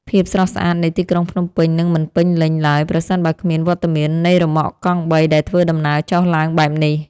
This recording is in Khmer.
ភាពស្រស់ស្អាតនៃទីក្រុងភ្នំពេញនឹងមិនពេញលេញឡើយប្រសិនបើគ្មានវត្តមាននៃរ៉ឺម៉កកង់បីដែលធ្វើដំណើរចុះឡើងបែបនេះ។